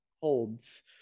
holds